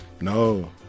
No